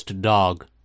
dog